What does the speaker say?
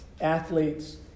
Athletes